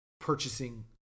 purchasing